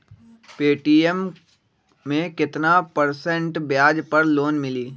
Paytm मे केतना percent ब्याज पर लोन मिली?